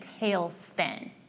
tailspin